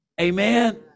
amen